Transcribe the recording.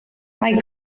mae